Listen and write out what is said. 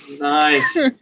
Nice